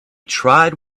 tried